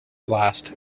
last